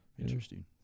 Interesting